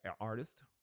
artist